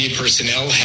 personnel